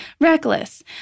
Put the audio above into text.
Reckless